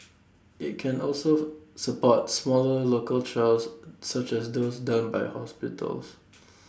IT can also support smaller local trials such as those done by hospitals